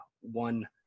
one